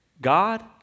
God